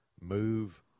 move